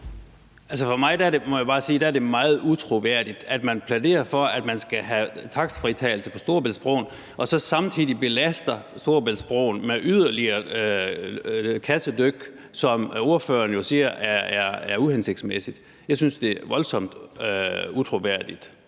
for mig er meget utroværdigt, at man plæderer for, at man skal have takstfritagelse på Storebæltsbroen og samtidig belaster Storebæltsbroen med yderligere kassedyk, som ordføreren jo siger er uhensigtsmæssigt. Jeg synes, det er voldsomt utroværdigt